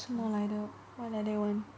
什么来的 why like that [one]